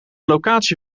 locatie